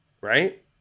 right